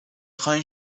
خاین